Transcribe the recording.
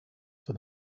for